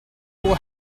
will